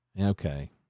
Okay